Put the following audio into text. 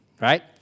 Right